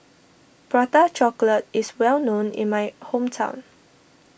Prata Chocolate is well known in my hometown